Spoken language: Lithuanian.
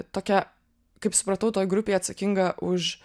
tokia kaip supratau toj grupėj atsakinga už